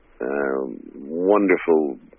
wonderful